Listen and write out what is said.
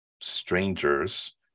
strangers